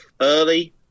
early